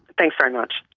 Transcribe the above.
thanks very much.